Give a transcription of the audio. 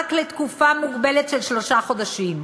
רק לתקופה מוגבלת, של שלושה חודשים".